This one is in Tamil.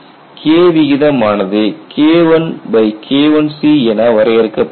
K விகிதம் ஆனது K1 K1C என வரையறுக்கப்படுகிறது